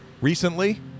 recently